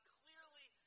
clearly